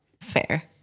Fair